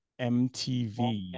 MTV